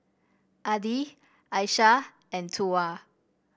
Adi Aisyah and Tuah